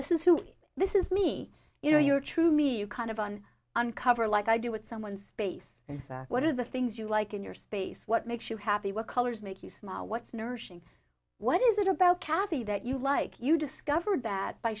this is who this is me you know your true me you kind of on uncover like i do with someone space and what are the things you like in your space what makes you happy what colors make you smile what's nourishing what is it about cathy that you like you discovered that by